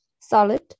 solid